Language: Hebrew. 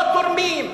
לא תורמים,